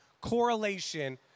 correlation